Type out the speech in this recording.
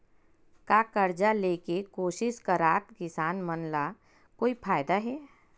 का कर्जा ले के कोशिश करात किसान मन ला कोई फायदा हे?